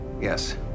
Yes